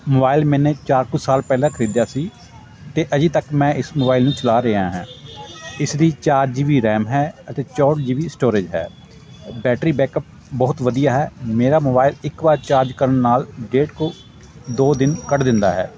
mobile ਮੈਨੇ ਚਾਰ ਕੁ ਸਾਲ ਪਹਿਲਾਂ ਖਰੀਦਿਆ ਸੀ ਅਤੇ ਅਜੇ ਤੱਕ ਮੈਂ ਇਸ ਮੋਬਾਈਲ ਨੂੰ ਚਲਾ ਰਿਹਾ ਹੈਂ ਇਸਦੀ ਚਾਰ ਜੀ ਬੀ ਰੈਮ ਹੈ ਅਤੇ ਚੌਂਹਠ ਜੀ ਬੀ ਸਟੋਰੇਜ ਹੈ ਬੈਟਰੀ ਬੈਕਅੱਪ ਬਹੁਤ ਵਧੀਆ ਹੈ ਮੇਰਾ ਮੋਬਾਇਲ ਇੱਕ ਵਾਰ ਚਾਰਜ ਕਰਨ ਨਾਲ ਡੇਢ ਕੁ ਦੋ ਦਿਨ ਕੱਢ ਦਿੰਦਾ ਹੈ